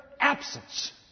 absence